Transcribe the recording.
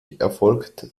erfolgt